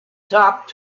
top